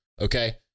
okay